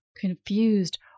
confused